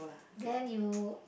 then you